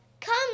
Come